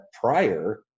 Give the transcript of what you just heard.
prior